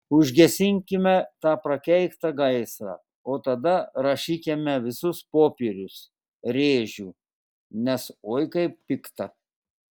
užgesinkime tą prakeiktą gaisrą o tada rašykime visus popierius rėžiu nes oi kaip pikta